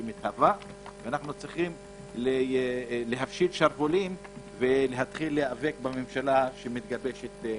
אנו צריכים להפשיל שרוולים ולהיאבק בממשלה שמתגבשת.